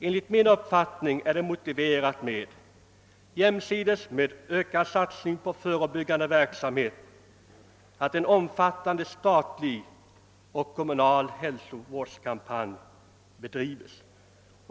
Enligt min uppfattning är det motiverat med en omfattande statlig och kommunal hälsovårdskampanj jämsides med en ökad satsning på förebyggande verksamhet.